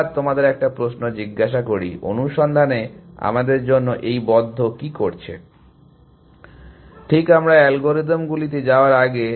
এবার তোমাদের একটা প্রশ্ন জিজ্ঞাসা করি অনুসন্ধানে আমাদের জন্য এই বদ্ধ কি করছে ঠিক আমরা অ্যালগরিদমগুলিতে যাওয়ার আগে